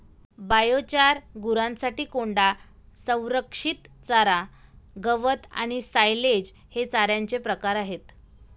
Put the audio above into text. biochar, गुरांसाठी कोंडा, संरक्षित चारा, गवत आणि सायलेज हे चाऱ्याचे प्रकार आहेत